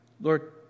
Lord